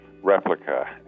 replica